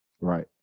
Right